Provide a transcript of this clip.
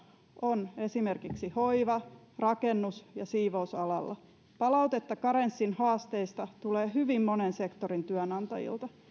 on esimerkiksi hoiva rakennus ja siivousalalla palautetta karenssin haasteista tulee hyvin monen sektorin työnantajilta